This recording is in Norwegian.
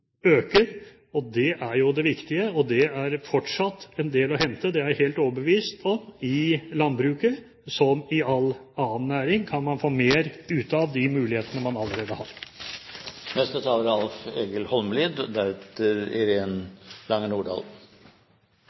øker. Det er det viktige, og der er det fortsatt en del å hente, det er jeg helt overbevist om. I landbruket, som i all annen næring, kan man få mer ut av de mulighetene man allerede har. Det er